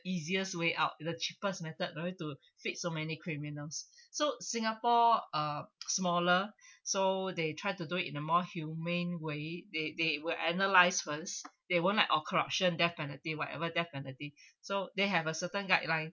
easiest way out the cheapest method no need to feed so many criminals so singapore uh smaller so they tried to do it in a more humane way they they will analyse first they won't like oh corruption death penalty whatever death penalty so they have a certain guideline